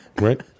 Right